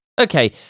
Okay